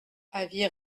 avis